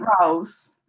roles